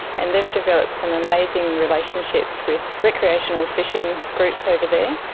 and they've developed some amazing relationships with recreational fishing groups over there.